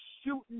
shooting